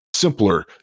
Simpler